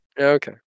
okay